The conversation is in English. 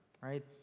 right